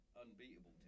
unbeatable